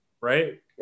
right